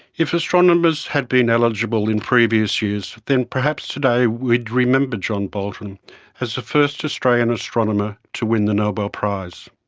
if astronomers had been eligible in previous years, then perhaps today we'd remember john bolton as the first australian astronomer to win the nobel prize.